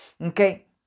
Okay